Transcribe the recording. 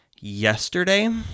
Yesterday